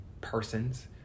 persons